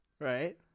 Right